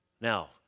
Now